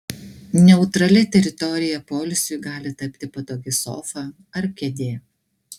neutralia teritorija poilsiui gali tapti patogi sofa ar kėdė